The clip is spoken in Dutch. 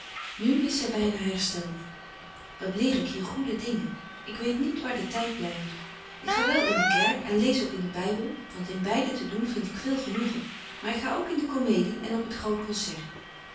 nu is zy byna herstelt wat leer ik hier goede dingen ik weet niet waar de tyd blyft ik ga wel in de kerk en lees ook in den bybel want in beide te doen vind ik veel genoegen maar ik ga ook in de comedie en op t groot concert